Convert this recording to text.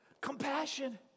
compassion